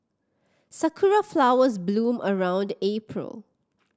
sakura flowers bloom around April